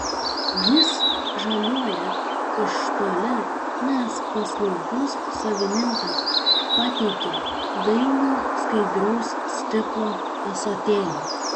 jis žaliuoja iš toli nes paslaugus savininkas patiekia dailų skaidraus stiklo ąsotėlį